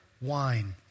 wine